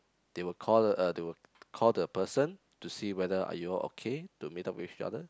they will call uh they will call the person to see whether are you all are okay to meet up with each other